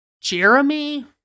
Jeremy